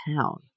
town